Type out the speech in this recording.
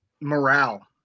morale